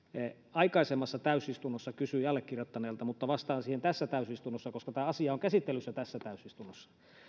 aikaisemmassa täysistunnossa kysyi allekirjoittaneelta mutta vastaan siihen tässä täysistunnossa koska tämä asia on käsittelyssä tässä täysistunnossa